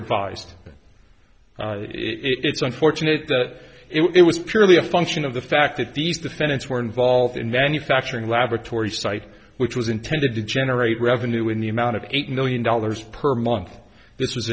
advised it's unfortunate that it was purely a function of the fact that these defendants were involved in manufacturing laboratory site which was intended to generate revenue in the amount of eight million dollars per month this